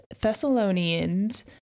Thessalonians